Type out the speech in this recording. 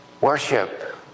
worship